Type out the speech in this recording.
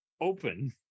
open